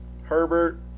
Herbert